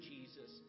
Jesus